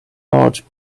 large